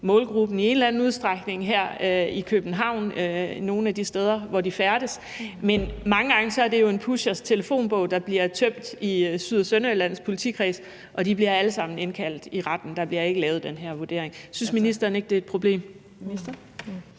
målgruppen i en eller anden udstrækning her i København nogle af de steder, hvor de færdes. Men mange gange er det jo en pushers telefonbog, der bliver tømt i Syd- og Sønderjyllands politikreds, og de bliver alle sammen indkaldt til retten. Der bliver ikke lavet den her vurdering. Synes ministeren ikke, at det er et problem?